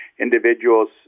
individuals